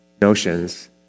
notions